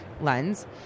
lens